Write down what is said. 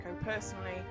personally